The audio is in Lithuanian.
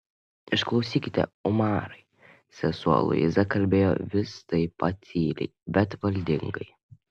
išklausykite umarai sesuo luiza kalbėjo vis taip pat tyliai bet valdingai